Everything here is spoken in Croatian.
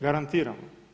Garantiram.